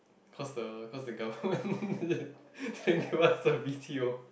cause the cause the government didn't give us the the b_t_o